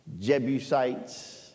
Jebusites